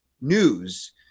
news